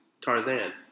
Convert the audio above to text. Tarzan